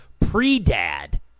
pre-dad